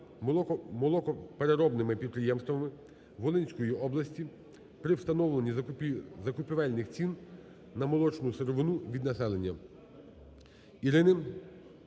молокопереробними підприємствами Волинської області при встановленні закупівельних цін на молочну сировину від населення.